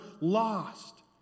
lost